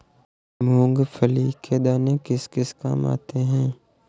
मूंगफली के दाने किस किस काम आते हैं?